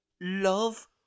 love